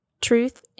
Truth